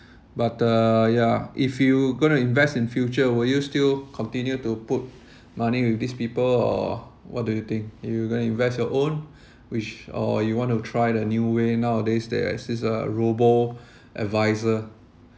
but uh yeah if you gonna invest in future will you still continue to put money with these people or what do you think you gonna invest your own which or you want to try the new way nowadays there exists a robo-advisor